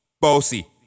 Bossy